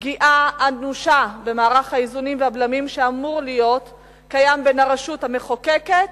פגיעה אנושה במערך האיזונים והבלמים שאמור להיות קיים בין הרשות המחוקקת